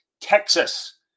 Texas